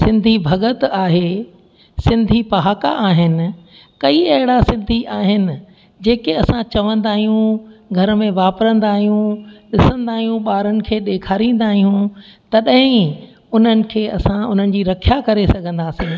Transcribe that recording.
सिंधी भॻत आहे सिंधी पहाका आहिनि कई अहिड़ा सिधी आहिनि जेके असां चवंदा आहियूं घर में वापिरंदा आहियूं ॾिसंदा आहियूं ॿारनि खे ॾेखारींदा आहियूं तॾहिं ई उन्हनि खे असां उन्हनि जी रखिया करे सघंदासीं